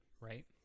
right